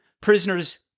prisoners